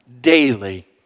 daily